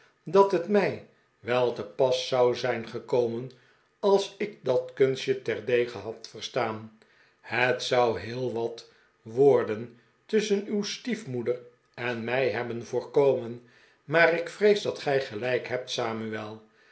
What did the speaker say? dat het mij wel te pas zou zijn gekomen als ik dat kunstje terdege had verstaan het zou heel wat woorden tusschen uw stiefmoeder en mij hebben voorkomen maar ik vrees dat gij gelijk hebt